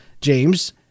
James